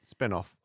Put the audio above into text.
spinoff